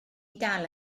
dal